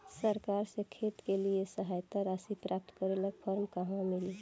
सरकार से खेत के लिए सहायता राशि प्राप्त करे ला फार्म कहवा मिली?